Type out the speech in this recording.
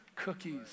cookies